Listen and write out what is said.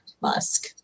Musk